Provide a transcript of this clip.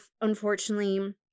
unfortunately